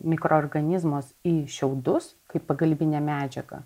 mikroorganizmus į šiaudus kaip pagalbinę medžiagą